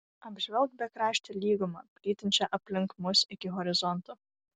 apžvelk bekraštę lygumą plytinčią aplink mus iki horizonto